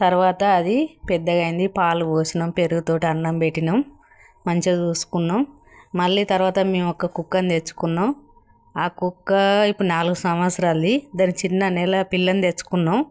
తర్వాత అది పెద్దగా అయింది పాలు పోసినాం పెరుగుతో అన్నం పెట్టినాం మంచిగా చూసుకున్నాం మళ్ళీ తర్వాత మేము ఒక్క కుక్కని తెచ్చుకున్నాం ఆ కుక్క ఇప్పుడు నాలుగు సంవత్సరాలు అది దాన్ని చిన్న నెల పిల్లని తెచ్చుకున్నాం